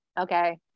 Okay